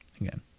Again